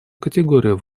категорию